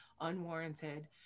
unwarranted